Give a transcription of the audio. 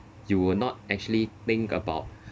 you would not actually think about